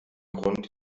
grund